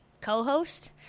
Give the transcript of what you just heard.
co-host